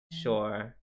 Sure